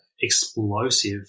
explosive